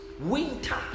winter